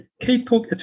K-Talk